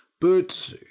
But